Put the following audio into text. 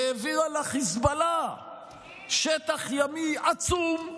ונתנה לחיזבאללה שטח ימי עצום,